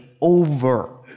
over